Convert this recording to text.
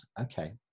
Okay